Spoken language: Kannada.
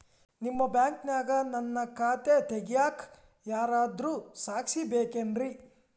ನಿಮ್ಮ ಬ್ಯಾಂಕಿನ್ಯಾಗ ನನ್ನ ಖಾತೆ ತೆಗೆಯಾಕ್ ಯಾರಾದ್ರೂ ಸಾಕ್ಷಿ ಬೇಕೇನ್ರಿ?